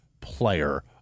player